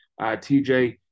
TJ